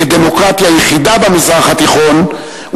כדמוקרטיה יחידה במזרח התיכון,